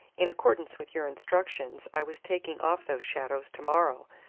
in accordance with your instructions i was taking off those shadows to-morrow,